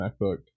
MacBook